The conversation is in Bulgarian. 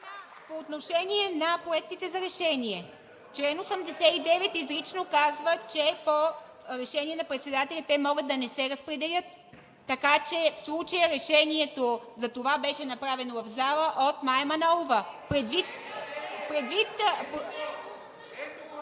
По отношение на проектите за решение – чл. 89 изрично казва, че по решение на председателя те могат да не се разпределят, така че в случая решението за това беше направено в залата от Мая Манолова. (Шум и реплики от